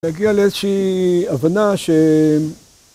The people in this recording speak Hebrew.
תגיע לאיזושהי הבנה ש...